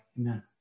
Amen